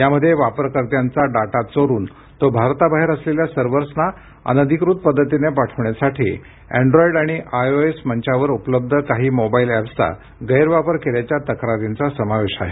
यामध्ये वापरकर्त्यांचा डाटा चोरून तो भारताबाहेर असलेल्या सर्वर्सना अनधिकृत पद्धतीने पाठवम्यासाठी अँड्रॉईड आणि आयओएस मंचांवर उपलब्ध काही मोबाईल ऍप्सचा गैरवापर केल्याच्या तक्रारीचा समावेश आहे